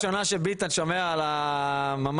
פעם ראשונה ביטן שומע על ה-ממ"ז.